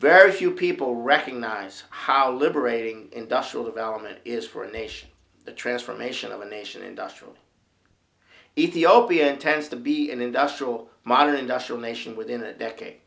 very few people recognize how liberating industrial development is for a nation the transformation of a nation industrial ethiopia tends to be an industrial modern industrial nation within a decade